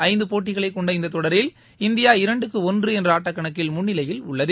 ஐந்து போட்டிகளைக் கொண்ட இந்தத் தொடரில் இந்தியா இரண்டுக்கு ஒன்று என்ற ஆட்டக்கணக்கில் முன்னிலையில் உள்ளது